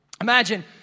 imagine